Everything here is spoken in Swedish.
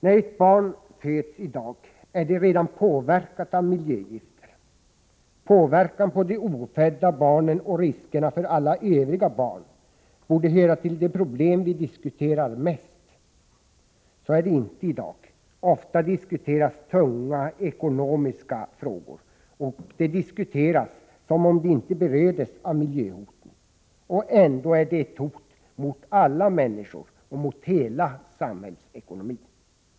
När ett barn föds i dag är det redan påverkat av miljögifter. Påverkan på de ofödda barnen och riskerna för alla övriga barn borde höra till de problem vi diskuterar mest. Så är det inte i dag. Ofta diskuteras ”tunga” ekonomiska frågor, och de diskuteras som om de inte berördes av miljöhoten. Och ändå är de ett hot mot alla människor och mot hela samhällsekonomin.